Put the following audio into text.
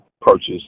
purchase